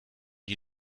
die